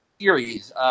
series